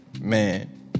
man